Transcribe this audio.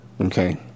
Okay